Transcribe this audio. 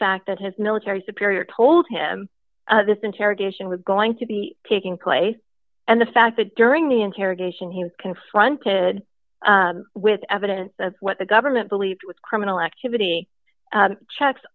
fact that his military superior told him this interrogation was going to be taking place and the fact that during the interrogation he was confronted with evidence of what the government believed was criminal activity checks